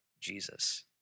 Jesus